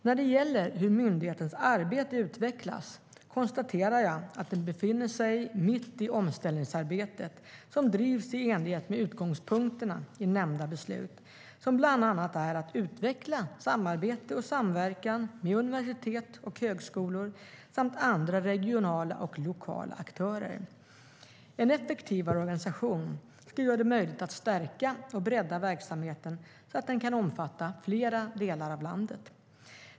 När det gäller hur myndighetens arbete utvecklas konstaterar jag att den befinner sig mitt i omställningsarbetet som drivs i enlighet med utgångspunkterna i nämnda beslut, som bland annat är att utveckla samarbete och samverkan med universitet och högskolor samt andra regionala och lokala aktörer. En effektivare organisation ska göra det möjligt att stärka och bredda verksamheten så att den kan omfatta flera delar av landet.